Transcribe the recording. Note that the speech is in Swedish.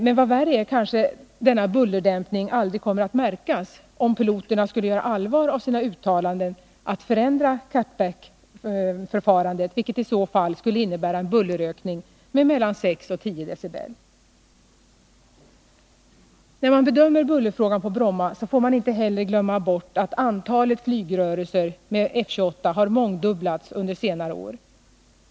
Men vad värre är — kanske en eventuell bullerdämpning aldrig kommer att märkas, om piloterna skulle göra allvar av sina uttalanden om att de kan förändra ”cut-back”-förfarandet. Det skulle i så fall innebära en bullerökning med mellan 6 och 10 dBA. När man bedömer bullerfrågan på Bromma får man inte heller glömma bort att antalet flygrörelser med F-28 har mångdubblats under senare år.